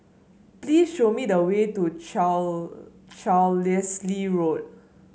please show me the way to Carlisle Road